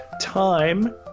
Time